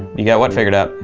you got what figured out?